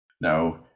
Now